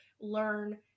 learn